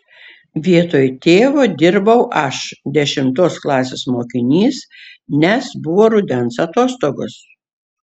vietoj tėvo dirbau aš dešimtos klasės mokinys nes buvo rudens atostogos